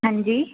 हंजी